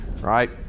right